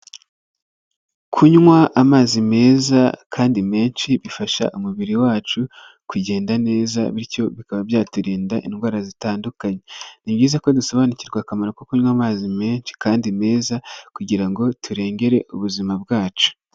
Kunywa amazi meza kandi menshi bifasha umubiri wacu kugenda neza bityo bikaba byaturinda indwara zitandukanye, ni byiza ko dusobanukirwa akamaro ko kunywa amazi menshi kandi meza kugira ngo turengere ubuzima bwacu.